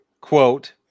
Quote